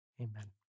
amen